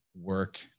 work